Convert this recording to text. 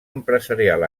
empresarial